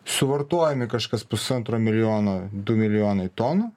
suvartojami kažkas pusantro milijono du milijonai tonų